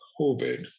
COVID